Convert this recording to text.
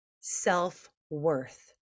self-worth